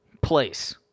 place